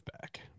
back